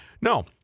No